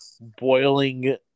boiling